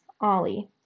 Ollie